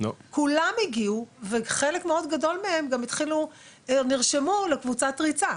כולם הגיעו וחלק מאוד גדול מהם גם נרשמו לקבוצת ריצה,